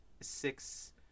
six